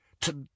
To